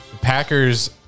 Packers